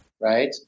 right